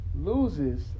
loses